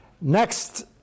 Next